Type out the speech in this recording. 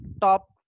top